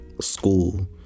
school